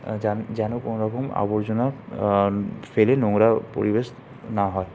যে যেন কোনওরকম আবর্জনার ফেলে নোংরা পরিবেশ না হয়